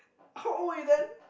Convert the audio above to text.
how old were you then